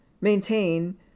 maintain